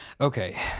Okay